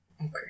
Okay